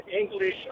English